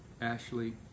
Ashley